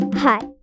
Hi